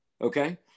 Okay